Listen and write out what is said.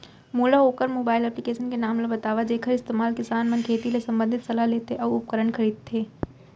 मोला वोकर mobile application के नाम ल बतावव जेखर इस्तेमाल किसान मन खेती ले संबंधित सलाह लेथे अऊ उपकरण खरीदथे?